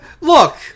look